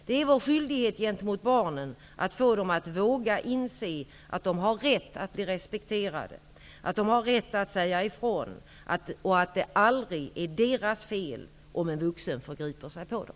Det är vår skyldighet gentemot barnen att få dem att våga inse att de har rätt att bli respekterade, att de har rätt att säga ifrån och att det aldrig är deras fel om en vuxen förgriper sig på dem.